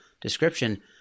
description